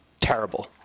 terrible